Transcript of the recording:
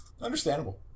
Understandable